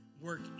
work